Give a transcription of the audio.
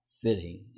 fitting